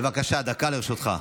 בבקשה, דקה לרשותך.